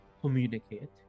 communicate